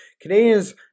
Canadians